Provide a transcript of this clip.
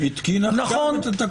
שר המשפטים התקין עכשיו את התקנות.